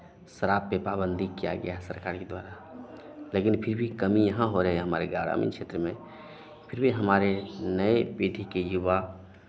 शराब पे पाबंदी किया गया सरकार के द्वारा लेकिन फिर भी कमी यहाँ हो रहे हैं हमारे ग्रामीण क्षेत्र में फिर भी हमारे नए पीढ़ी के युवा